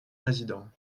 président